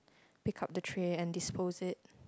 pick up the tray and dispose it